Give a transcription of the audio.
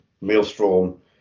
Maelstrom